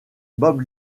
bob